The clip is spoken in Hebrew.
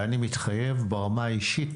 ואני מתחייב ברמה האישית